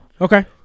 Okay